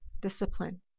discipline